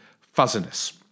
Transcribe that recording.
fuzziness